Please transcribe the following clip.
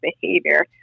behavior